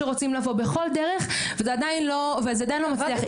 בכל דרך, וזה עדיין לא מבטיח.